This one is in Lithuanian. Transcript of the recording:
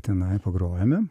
tenai pagrojome